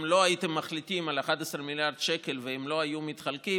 אם לא הייתם מחליטים על 11 מיליארד שקל ואם הם לא היו מתחלקים,